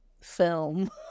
film